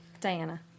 Diana